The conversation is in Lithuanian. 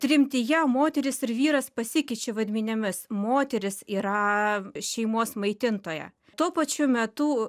tremtyje moteris ir vyras pasikeičia vaidmenimis moteris yra šeimos maitintoja tuo pačiu metu